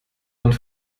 und